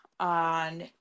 On